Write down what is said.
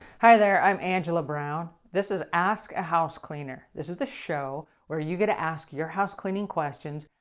hi there. i'm angela brown, and this is ask a house cleaner. this is a show where you going to ask your house cleaning question,